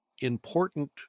important